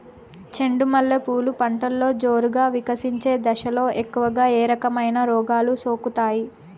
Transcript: చెండు మల్లె పూలు పంటలో జోరుగా వికసించే దశలో ఎక్కువగా ఏ రకమైన రోగాలు సోకుతాయి?